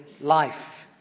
life